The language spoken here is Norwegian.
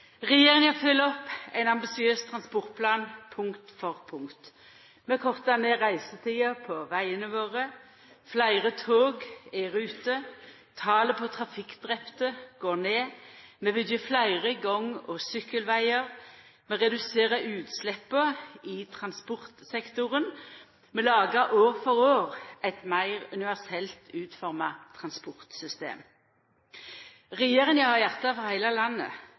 Regjeringa følgjer opp ein ambisiøs transportplan punkt for punkt: vi kortar ned reisetida på vegane våre fleire tog er i rute talet på trafikkdrepne går ned vi byggjer fleire gang- og sykkelvegar vi reduserer utsleppa i transportsektoren vi lagar år for år eit meir universelt utforma transportsystem Regjeringa har hjarta for heile landet.